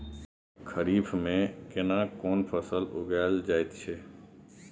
खरीफ में केना कोन फसल उगायल जायत छै?